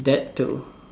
that too